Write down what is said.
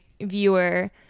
viewer